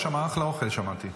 יש שם אחלה אוכל, שמעתי.